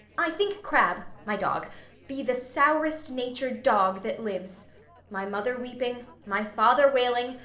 i think crab my dog be the sourest-natured dog that lives my mother weeping, my father wailing,